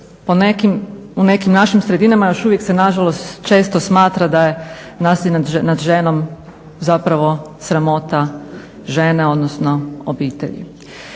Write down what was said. u nekim našim sredinama još uvijek se nažalost često smatra da je nasilje nad ženom zapravo sramota žene, odnosno obitelji.